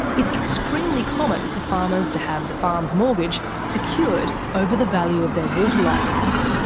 it's extremely common for farmers to have the farm's mortgage secured over the value of their water licence.